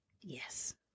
Yes